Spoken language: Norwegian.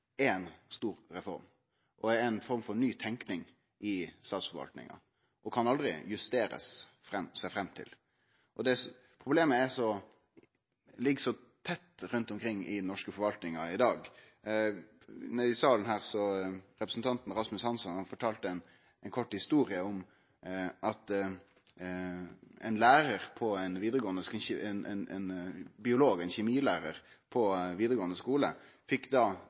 er ei stor reform, og det er ei form for nytenking i statsforvaltinga som ein aldri kan justere seg fram til. Problema ligg så tett rundt omkring i den norske forvaltinga i dag. I salen her fortalte representanten Rasmus Hansson ei kort historie om at ein biologi- og kjemilærar på ein vidaregåande skule blei pålagt å utvikle eit evalueringssystemskjema for risikohandtering i biologitimane. Dette kom ikkje